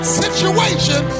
situation